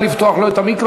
נא לפתוח לו את המיקרופון.